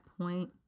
point